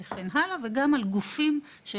לידיעתך׳.